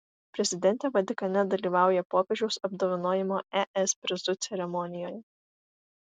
prezidentė vatikane dalyvauja popiežiaus apdovanojimo es prizu ceremonijoje